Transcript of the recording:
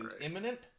imminent